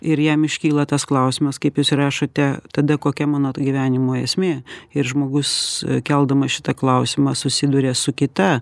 ir jam iškyla tas klausimas kaip jūs rašote tada kokia mano t gyvenimo esmė ir žmogus keldamas šitą klausimą susiduria su kita